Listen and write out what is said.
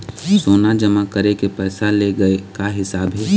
सोना जमा करके पैसा ले गए का हिसाब हे?